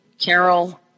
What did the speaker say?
Carol